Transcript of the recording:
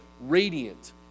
radiant